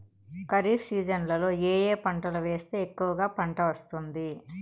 ఖరీఫ్ సీజన్లలో ఏ ఏ పంటలు వేస్తే ఎక్కువగా పంట వస్తుంది?